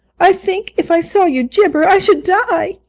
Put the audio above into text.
i think if i saw you gibber i should die